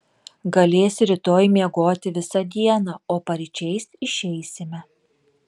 galėsi rytoj miegoti visą dieną o paryčiais išeisime